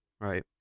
right